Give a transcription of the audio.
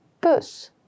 bus